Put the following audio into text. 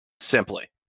Simply